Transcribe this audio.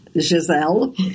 Giselle